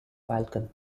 falcon